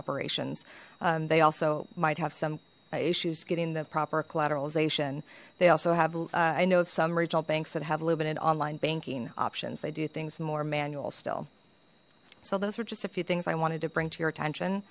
operations they also might have some issues getting the proper collateralization they also have i know of some regional banks that have limited online banking options they do things more manual still so those were just a few things i wanted to bring to your attention